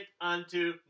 unto